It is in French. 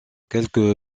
quelque